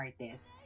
artist